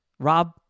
Rob